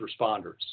responders